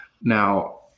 Now